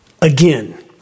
Again